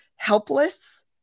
helpless